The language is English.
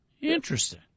Interesting